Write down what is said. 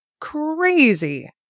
crazy